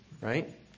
right